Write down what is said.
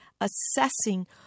assessing